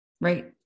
right